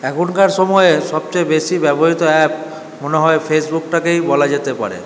এখনকার সময়ের সবচেয়ে বেশি ব্যবহৃত অ্যাপ মনে হয় ফেসবুকটাকেই বলা যেতে পারে